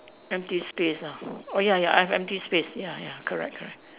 empty space ah oh ya ya I have empty space ya ya correct correct